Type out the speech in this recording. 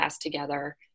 together